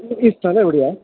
ഈ സ്ഥലം എവിടെയാ